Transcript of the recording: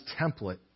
template